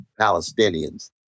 Palestinians